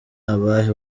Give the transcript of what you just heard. abahe